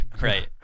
Right